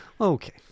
Okay